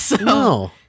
No